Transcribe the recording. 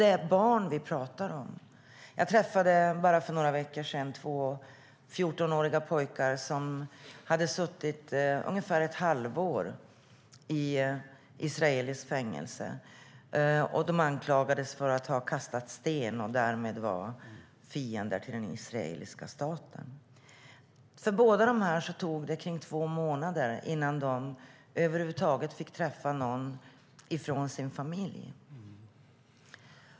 Det är barn vi pratar om. Jag träffade för bara några veckor sedan två 14-åriga pojkar som hade suttit ungefär ett halvår i israeliskt fängelse, och de anklagades för att ha kastat sten och därmed vara fiender till den israeliska staten. För båda de här pojkarna tog det omkring två månader innan de över huvud taget fick träffa någon från sin familj.